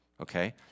okay